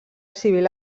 civil